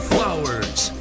Flowers